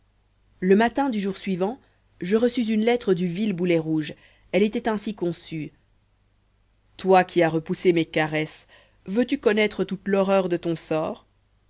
le matin du jour suivant je reçus une lettre du vil boulet rouge elle était ainsi conçue toi qui a repoussé mes caresses veux-tu connaître toute l'horreur de ton sort